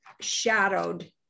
shadowed